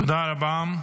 תודה רבה.